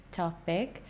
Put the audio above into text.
topic